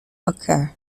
occur